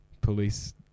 police